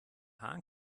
hahn